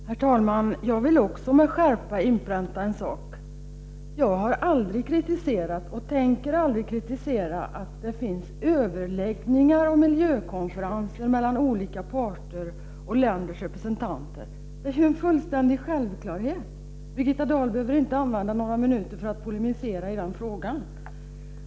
Herr talman! Jag vill också med skärpa inpränta att jag aldrig har kritiserat, och aldrig tänker kritisera, att det förekommer miljökonferenser och överläggningar mellan olika parter och olika länders representanter. Det är fullständigt självklart. Birgitta Dahl behöver inte använda några minuter för att polemisera i den frågan.